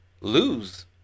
lose